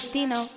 Dino